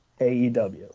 aew